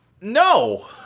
No